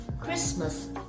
Christmas